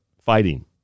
fighting